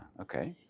Okay